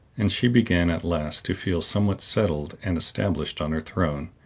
and she began, at last, to feel somewhat settled and established on her throne,